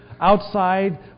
outside